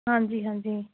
ਹਾਂਜੀ ਹਾਂਜੀ